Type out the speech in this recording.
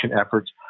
efforts